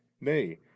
Nay